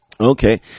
Okay